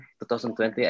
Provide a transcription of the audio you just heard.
2020